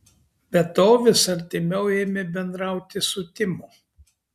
be to vis artimiau ėmė bendrauti su timu